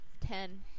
ten